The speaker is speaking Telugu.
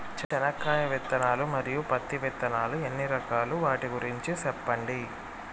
చెనక్కాయ విత్తనాలు, మరియు పత్తి విత్తనాలు ఎన్ని రకాలు వాటి గురించి సెప్పండి?